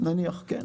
נניח, כן.